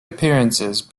appearances